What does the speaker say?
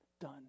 done